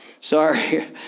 Sorry